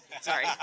Sorry